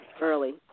Early